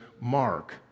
Mark